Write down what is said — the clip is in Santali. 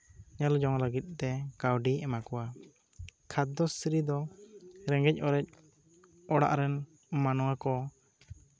ᱧᱮᱞ ᱡᱚᱝ ᱞᱟᱜᱤᱫ ᱛᱮ ᱠᱟᱣᱰᱤᱭ ᱮᱢᱟ ᱠᱚᱣᱟ ᱠᱷᱟᱫᱽᱫᱚᱥᱨᱤ ᱫᱚ ᱨᱮᱸᱜᱮᱡᱼᱚᱨᱮᱡ ᱚᱲᱟᱜ ᱨᱮᱱ ᱢᱟᱱᱣᱟ ᱠᱚ